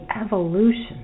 evolution